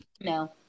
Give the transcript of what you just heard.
No